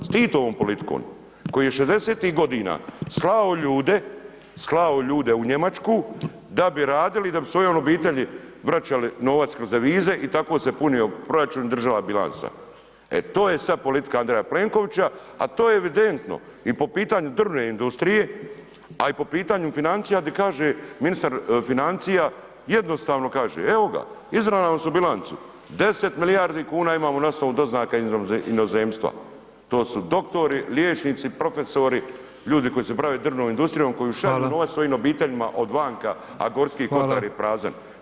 S Titovom politikom koji je '60.-tih godina slao ljude, slao ljude u Njemačku da bi radili i da bi svojom obitelji vraćali novac kroz devize i tako se punio proračun i državna bilanca, e to je sad politika Andreja Plenkovića, a to je evidentno i po pitanju drvne industrije, a i po pitanju financija di kaže ministar financija, jednostavno kaže, evo ga izravnali smo bilancu, 10 milijardi kuna imamo na osnovu doznaka iz inozemstva, to su doktori, liječnici, profesori, ljudi koji se bave drvnom industrijom, koji [[Upadica: Hvala]] šalju novac svojim obiteljima od vanka, a [[Upadica: Hvala]] Gorski kotar je prazan.